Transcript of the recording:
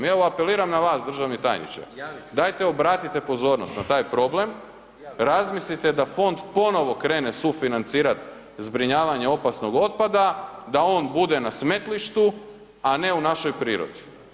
I evo, apeliram na vas državni tajniče, dajte obratite pozornost na taj problem, razmislite da fond ponovo krene sufinancirat zbrinjavanje opasnog otpada, da on bude na smetlištu, a ne u našoj prirodi.